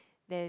then